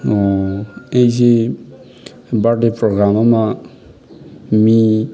ꯑꯣ ꯑꯩꯁꯤ ꯕꯥꯔꯠꯗꯦ ꯄ꯭ꯔꯣꯒꯥꯝ ꯑꯃ ꯃꯤ